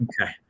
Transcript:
Okay